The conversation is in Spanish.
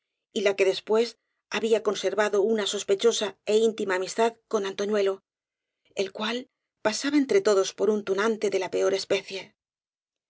y la que después había conser vado una sospechosa é íntima amistad con anto ñuelo el cual pasaba entre todos por un tunante de la peor especie